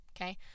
Okay